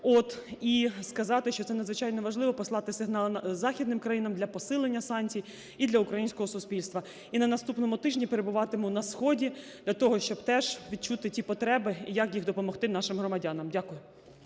і сказати, що це надзвичайно важливо - послати сигнал західним країнам для посилення санкцій і для українського суспільства. І на наступному тижні я перебуватиму на сході, для того щоб теж відчути ті потреби і як допомогти нашим громадянам. Дякую.